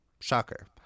Shocker